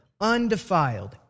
undefiled